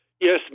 yes